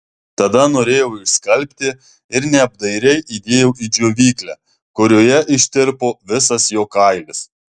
tada norėjau išskalbti ir neapdairiai įdėjau į džiovyklę kurioje ištirpo visas jo kailis